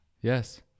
Yes